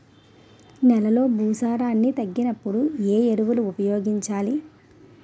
నెలలో భూసారాన్ని తగ్గినప్పుడు, ఏ ఎరువులు ఉపయోగించాలి?